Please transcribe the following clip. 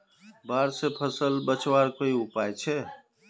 बाढ़ से फसल बचवार कोई उपाय छे?